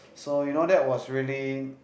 so you know that was really